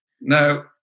Now